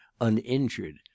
uninjured